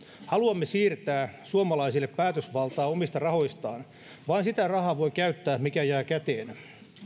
haluamme siirtää suomalaisille päätösvaltaa omista rahoistaan vain sitä rahaa voi käyttää mikä jää käteen